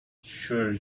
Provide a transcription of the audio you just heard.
sure